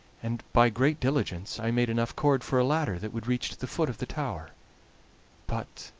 and by great diligence i made enough cord for a ladder that would reach to the foot of the tower but,